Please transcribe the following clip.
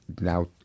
now